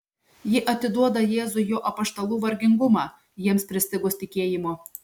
ji atiduoda jėzui jo apaštalų vargingumą jiems pristigus tikėjimo